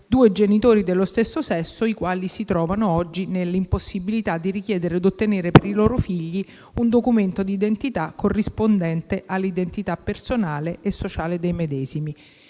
due genitori dello stesso sesso, i quali si trovano oggi nell'impossibilità di richiedere e ottenere per i loro figli un documento di identità corrispondente all'identità personale e sociale; nell'imminenza